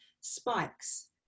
spikes